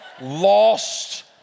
lost